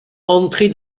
entrer